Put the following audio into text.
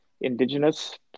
indigenous